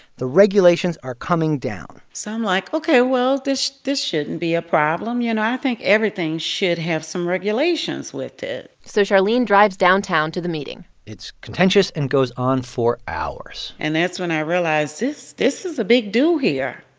the regulations are coming down so i'm like, ok, well, this this shouldn't be a problem. you know, i think everything should have some regulations with it so charlene drives downtown to the meeting it's contentious and goes on for hours and that's when i realized, this this is a big do here.